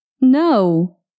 No